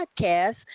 podcast